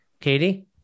Katie